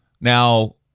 Now